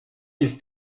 ist